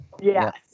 Yes